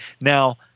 Now